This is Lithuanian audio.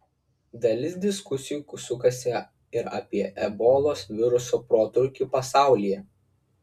dalis diskusijų sukasi ir apie ebolos viruso protrūkį pasaulyje